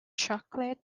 chocolate